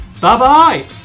bye-bye